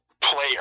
player